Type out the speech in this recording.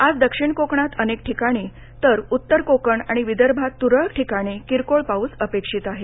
आज दक्षिण कोकणात अनेक ठिकाणी तर उत्तर कोकण आणि विदर्भात त्रळक ठिकाणी किरकोळ पाऊस अपेक्षित आहे